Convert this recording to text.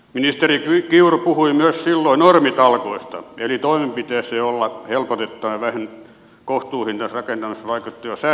ministeri kiuru puhui myös silloin normitalkoista eli toimenpiteistä joilla helpotetaan kohtuuhintaista rakentamista vaikeuttavia säännöksiä